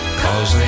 cause